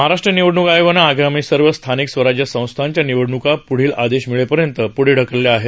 महाराष्ट्र निवडणूक आयोगानं आगामी सर्व स्थानिक स्वराज्य संस्थांच्या निवडणूका प्ढील आदेश मिळेपर्यंत प्ढे ढकलल्या आहेत